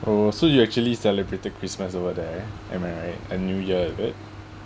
oh so you actually celebrated christmas over there and the new year is it